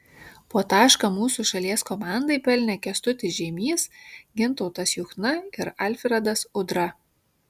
po tašką mūsų šalies komandai pelnė kęstutis žeimys gintautas juchna ir alfredas udra